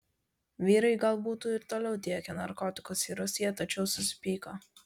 vyrai gal būtų ir toliau tiekę narkotikus į rusiją tačiau susipyko